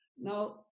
Now